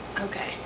Okay